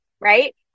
Right